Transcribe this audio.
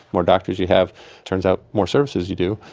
more doctors you have turns out more services you do,